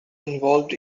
involved